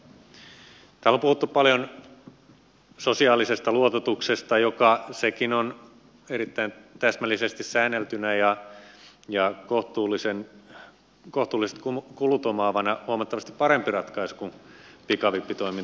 täällä on puhuttu paljon sosiaalisesta luototuksesta joka sekin on erittäin täsmällisesti säänneltynä ja kohtuulliset kulut omaavana huomattavasti parempi ratkaisu kuin pikavippitoiminta